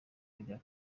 kujya